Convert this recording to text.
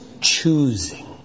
choosing